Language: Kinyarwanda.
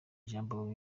ijambo